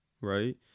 right